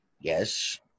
Yes